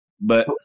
But-